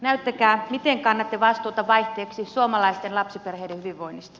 näyttäkää miten kannatte vastuuta vaihteeksi suomalaisten lapsiperheiden hyvinvoinnista